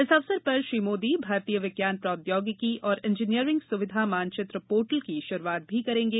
इस अवसर पर श्री मोदी भारतीय विज्ञान प्रौद्योगिकी और इंजीनियरिंग सुविधा मानचित्र पोर्टल की शुरूआत भी करेंगे